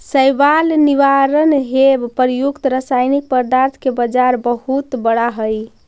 शैवाल निवारण हेव प्रयुक्त रसायनिक पदार्थ के बाजार बहुत बड़ा हई